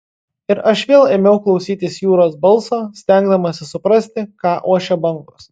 ir aš vėl ėmiau klausytis jūros balso stengdamasis suprasti ką ošia bangos